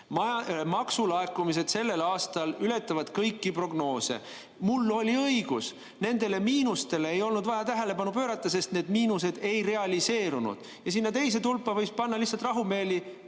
Maksulaekumised sellel aastal ületavad kõiki prognoose. Mul oli õigus, nendele miinustele ei olnud vaja tähelepanu pöörata, sest miinused ei realiseerunud. Sinna teise tulpa võis panna lihtsalt rahumeeli